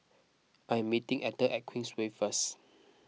I am meeting Etter at Queensway first